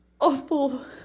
awful